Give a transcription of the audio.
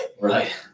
Right